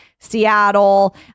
Seattle